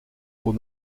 aux